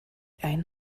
ein